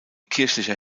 kirchlicher